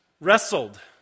wrestled